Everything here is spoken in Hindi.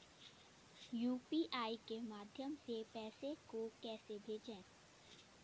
यू.पी.आई के माध्यम से पैसे को कैसे भेजें?